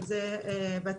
אם זה בטרם,